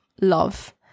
love